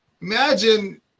Imagine